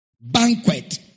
Banquet